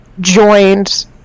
joined